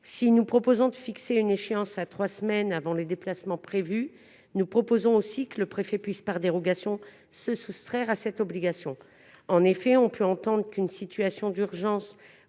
Si nous proposons de fixer une échéance à trois semaines avant les déplacements prévus, nous proposons aussi que le préfet puisse, par dérogation, se soustraire à cette obligation. En effet, on peut entendre qu'une situation d'urgence